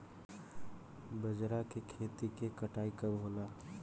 बजरा के खेती के कटाई कब होला?